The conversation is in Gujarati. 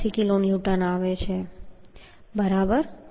86 કિલોન્યુટન આવે છે બરાબર